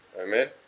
Amen